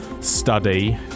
study